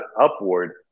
upward